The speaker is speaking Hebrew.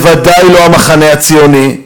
ובוודאי לא המחנה הציוני.